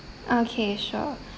okay sure